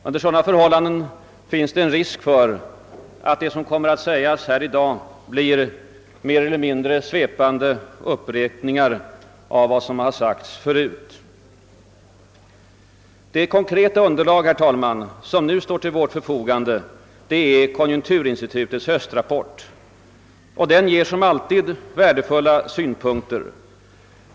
Under sådana förhållanden finns det risk för att det som kommer att sägas här i dag blir mer eller mindre svepande upprepningar av vad som sagts förut. Det konkreta underlag, herr talman, som nu står till vårt förfogande, är konjunkturinstitutets höstrapport. Den ger — som alltid — värdefulla synpunkter.